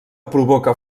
provoca